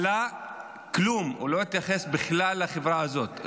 עלה, כלום, הוא לא התייחס בכלל לחברה הזאת.